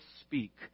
speak